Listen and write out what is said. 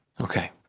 Okay